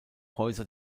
häuser